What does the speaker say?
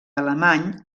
alemany